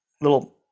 little